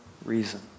reason